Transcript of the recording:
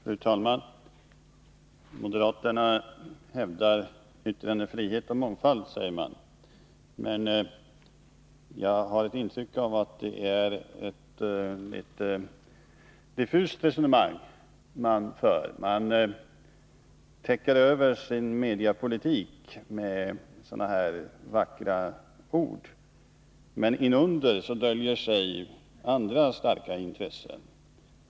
Fru talman! Moderaterna hävdar yttrandefrihet och mångfald, säger man. Men jag har ett intryck av att det är ett diffust resonemang man för. Man täcker över sin mediepolitik med sådana här vackra ord. Inunder döljer sig andra starka intressen.